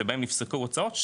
שבהם נפסקו הוצאות,